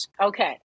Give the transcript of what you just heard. Okay